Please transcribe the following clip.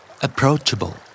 Approachable